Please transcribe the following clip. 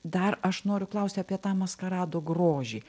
dar aš noriu klaust apie tą maskarado grožį